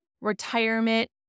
retirement